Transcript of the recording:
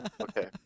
Okay